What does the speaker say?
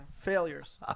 failures